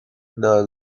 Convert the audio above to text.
the